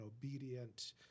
obedient